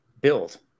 build